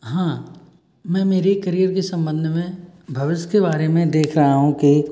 हाँ मैं मेरे करियर के संबंध में भविष्य के बारे में देख रहा हूँ कि